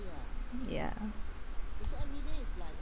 ya